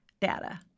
data